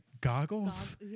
goggles